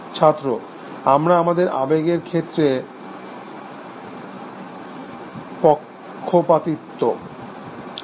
ছাত্র আমরা আমাদের আবেগের ক্ষেত্রে পক্ষপাতদুষ্ট